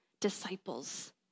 disciples